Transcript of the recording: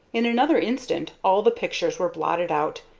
in another instant all the pictures were blotted out,